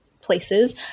places